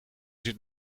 zit